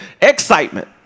excitement